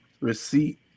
receipt